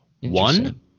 One